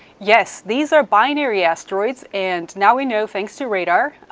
yes, these are binary asteroids, and now we know, thanks to radar,